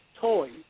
toys